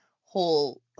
whole